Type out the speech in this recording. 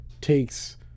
takes